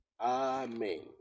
Amen